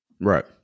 right